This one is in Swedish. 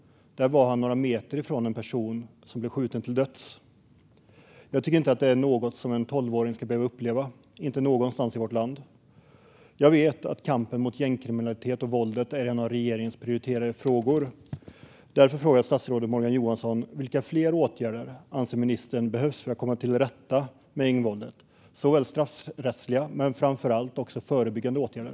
Där var han några meter från en person som blev skjuten till döds. Jag tycker inte att det är något som en tolvåring ska behöva uppleva, inte någonstans i vårt land. Jag vet att kampen mot gängkriminaliteten och våldet är en av regeringens prioriterade frågor. Därför frågar jag statsrådet Morgan Johansson vilka fler åtgärder ministern anser behövs för att komma till rätta med gängvåldet - straffrättsliga men framför allt förebyggande åtgärder.